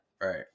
right